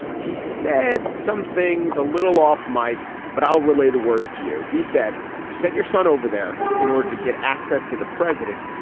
he said some things a little off, mike, but i'll relay the words to you. he said you sent your son over there in order to get access to the president.